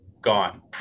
gone